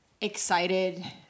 Excited